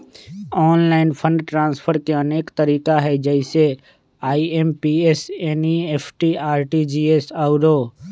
online fund transfer के अनेक तरिका हइ जइसे आइ.एम.पी.एस, एन.ई.एफ.टी, आर.टी.जी.एस आउरो